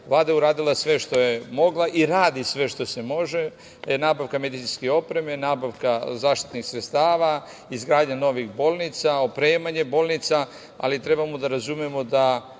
je uradila sve što je mogla i radi sve što se može. Nabavke medicinske opreme, nabavka zaštitnih sredstava, izgradnja novih bolnica, opremanje bolnica, ali trebamo da razumemo da